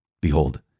Behold